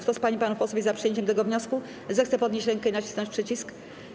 Kto z pań i panów posłów jest za przyjęciem tego wniosku, zechce podnieść rękę i nacisnąć przycisk.